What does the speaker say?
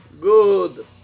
Good